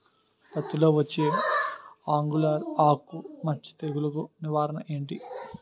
పత్తి లో వచ్చే ఆంగులర్ ఆకు మచ్చ తెగులు కు నివారణ ఎంటి?